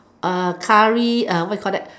uh curry uh what you call that